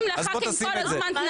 אז בוא תשים את זה על סדר היום.